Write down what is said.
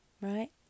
right